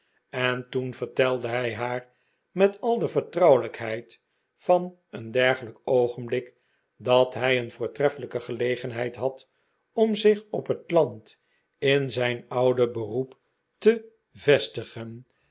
en toen vertelde hij haar met al de vertrouwelijkheid van een dergelijk oogenblik dat hij een voortreffelijke gelegenheid had om zich op het land in zijn oude beroep te vestigen